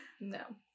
No